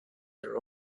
their